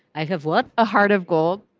i have what? a heart of gold.